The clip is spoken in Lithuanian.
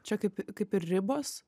čia kaip kaip ir ribos